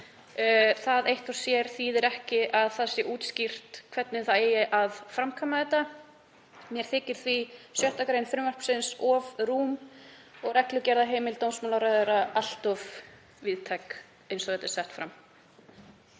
Það eitt og sér þýðir ekki að það sé útskýrt hvernig eigi að framkvæma þetta. Mér þykir því 6. gr. frumvarpsins of rúm og reglugerðarheimild dómsmálaráðherra allt of víðtæk eins og þetta er sett fram.